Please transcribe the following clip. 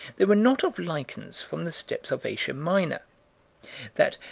they were not of lichens from the steppes of asia minor that,